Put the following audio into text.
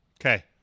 okay